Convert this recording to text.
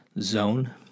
zone